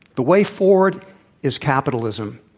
the way forward is capitalism.